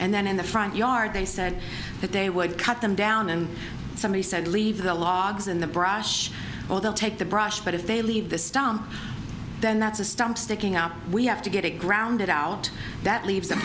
and then in the front yard they said that they would cut them down and somebody said leave the logs in the brush or they'll take the brush but if they leave the stump then that's a stump sticking out we have to get a ground it out that leaves the